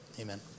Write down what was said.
Amen